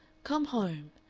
come home.